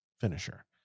Finisher